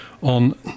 on